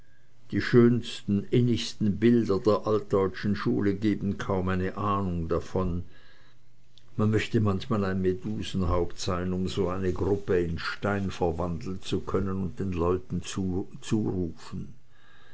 die schönsten innigsten bilder der altdeutschen schule geben kaum eine ahnung davon man möchte manchmal ein medusenhaupt sein um so eine gruppe in stein verwandeln zu können und den leuten zurufen